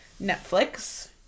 Netflix